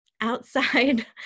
outside